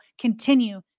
continue